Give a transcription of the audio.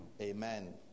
Amen